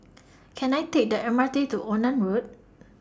Can I Take The M R T to Onan Road